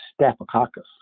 staphylococcus